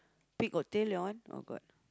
pig got tail that one oh got